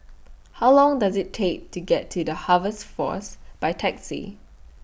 How Long Does IT Take to get to The Harvest Force By Taxi